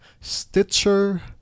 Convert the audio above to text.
Stitcher